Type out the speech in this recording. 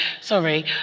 sorry